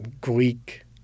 greek